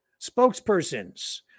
Spokespersons